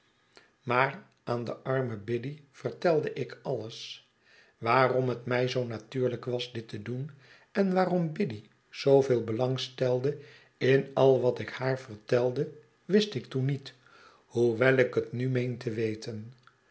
maar aan de arme biddy vertelde ik alles waarom het mij zoo natuurlijk was dit te doen en waarom biddy zooveel belang stelde in al wat ik haar vertelde wist ik toen niet hoewel ik het nu meen te weten